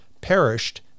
perished